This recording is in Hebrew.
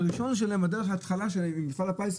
דרך ההתחלה שלהם היא מפעל הפיס,